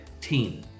Team